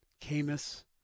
Camus